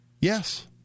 Yes